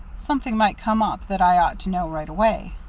something might come up that i ought to know right away.